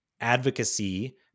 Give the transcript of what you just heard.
advocacy